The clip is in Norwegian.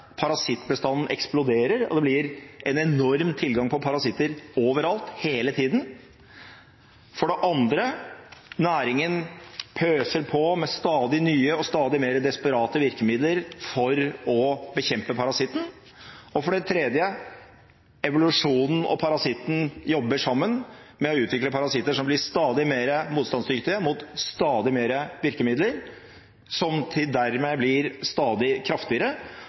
Parasittbestanden eksploderer, og det blir en enorm tilgang på parasitter over alt – hele tiden. For det andre: Næringen pøser på med stadig nye og stadig mer desperate virkemidler for å bekjempe parasitten. Og for det tredje: Evolusjonen og parasitten jobber sammen med å utvikle parasitter som blir stadig mer motstandsdyktige mot stadig flere virkemidler, som dermed blir stadig kraftigere